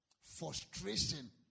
Frustration